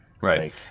Right